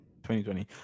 2020